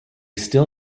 still